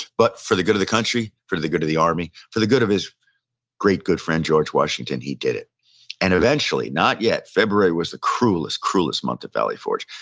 but, for the good of the country, for the good of the army, for the good of his great good friend george washington, he did it and eventually, not yet, february was the cruelest, cruelest month at valley forge.